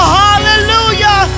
hallelujah